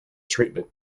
treatment